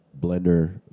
blender